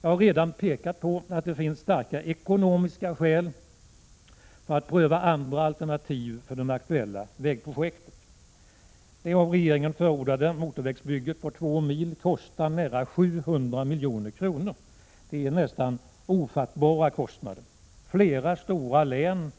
Jag har redan pekat på att det finns starka ekonomiska skäl för att pröva andra alternativ när det gäller de aktuella vägprojekten. Det av regeringen förordade motorvägsbygget på en sträcka av två mil kostar nästan 700 milj.kr. Det är nästan ofattbara kostnader. I flera stora län